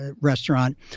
restaurant